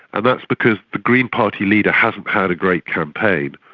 and that's because the green party leader hasn't had a great campaign.